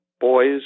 Boys